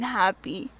happy